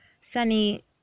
Sunny